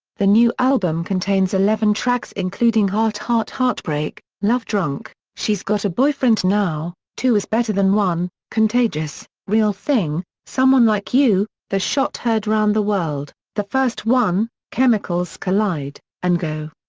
the new album contains eleven tracks including heart heart heartbreak, love drunk, she's got a boyfriend now, two is better than one, contagious, real thing, someone like you, the shot heard round the world, the first one, chemicals collide, and go.